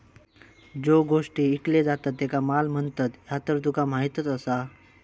ज्यो गोष्टी ईकले जातत त्येंका माल म्हणतत, ह्या तर तुका माहीतच आसा